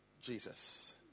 Jesus